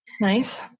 Nice